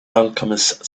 alchemist